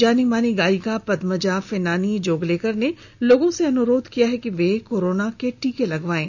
जानी मानी गायिका पदमजा फेनानी जोगलेकर ने लोगों से अनुरोध किया है कि वे कोरोना का टीका लगवाएं